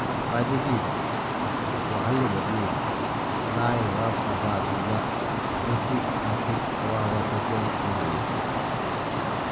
ꯈ꯭ꯋꯥꯏꯗꯒꯤ ꯋꯥꯍꯜꯂꯤꯕꯗꯤ ꯂꯥꯏꯔꯕ ꯄ꯭ꯔꯖꯥꯁꯤꯡꯗ ꯑꯗꯨꯛꯀꯤ ꯃꯇꯤꯛ ꯑꯋꯥꯕ ꯆꯩꯊꯦꯡ ꯐꯪꯍꯜꯂꯤ